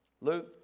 Luke